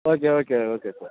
okay okay okay sir